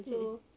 mmhmm